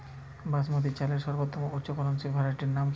বাসমতী চালের সর্বোত্তম উচ্চ ফলনশীল ভ্যারাইটির নাম কি?